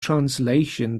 translation